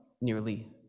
nearly